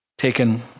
taken